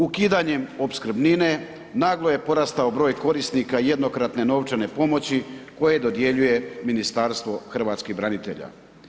Ukidanjem opskrbnine naglo je porastao broj korisnika jednokratne novčane pomoći koje dodjeljuje Ministarstvo hrvatskih branitelja.